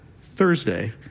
Thursday